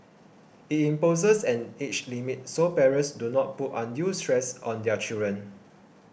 it imposes an age limit so parents do not put undue stress on their children